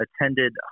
attended